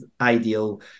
Ideal